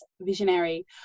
visionary